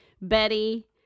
Betty